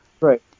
Right